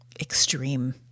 extreme